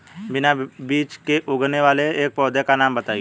बिना बीज के उगने वाले एक पौधे का नाम बताइए